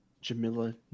Jamila